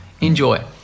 Enjoy